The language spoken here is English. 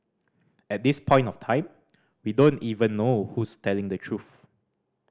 at this point of time we don't even know who's telling the truth